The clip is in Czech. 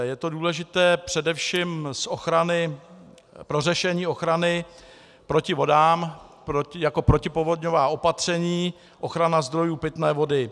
Je to důležité především pro řešení ochrany proti vodám, jako protipovodňová opatření, ochrana zdrojů pitné vody.